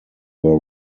were